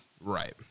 Right